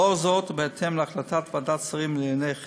לאור זאת, ובהתאם להחלטת ועדת שרים לענייני חקיקה,